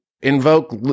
invoke